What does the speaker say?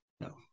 no